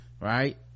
right